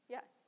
Yes